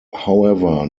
however